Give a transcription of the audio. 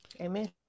Amen